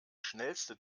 schnellste